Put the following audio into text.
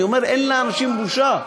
אני אומר, אין לאנשים בושה?